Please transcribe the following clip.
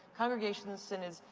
congregations, synods,